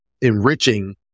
enriching